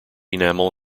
enamel